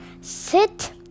sit